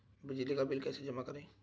बिजली का बिल कैसे जमा करें?